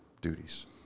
duties